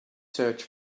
search